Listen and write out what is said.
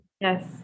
Yes